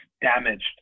damaged